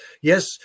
Yes